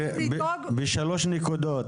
בשלוש נקודות,